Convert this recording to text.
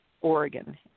Oregon